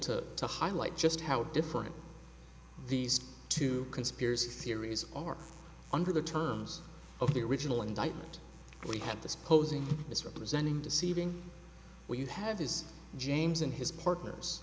to to highlight just how different these two conspiracy theories are under the terms of the original indictment we had this posing as representing deceiving when you have these james and his partners